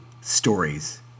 stories